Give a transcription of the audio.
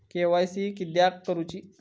KYC किदयाक करूची?